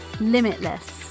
limitless